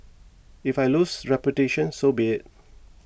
if I lose reputation so be it